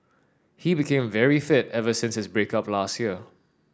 he became very fit ever since his break up last year